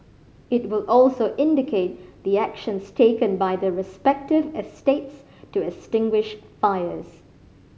it will also indicate the actions taken by the respective estates to extinguish fires